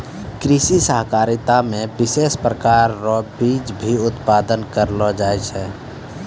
कृषि सहकारिता मे विशेष प्रकार रो बीज भी उत्पादन करलो जाय छै